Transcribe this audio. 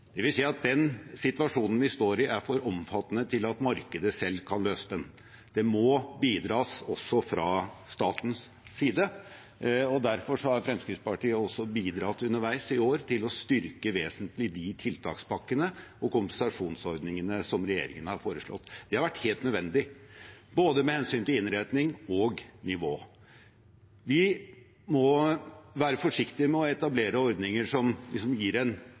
at den situasjonen vi står i, er for omfattende til at markedet selv kan løse den. Det må bidras også fra statens side. Derfor har Fremskrittspartiet også bidratt underveis i år til vesentlig å styrke de tiltakspakkene og kompensasjonsordningene som regjeringen har foreslått. Det har vært helt nødvendig, med hensyn til både innretning og nivå. Vi må være forsiktig med å etablere ordninger som kan gi en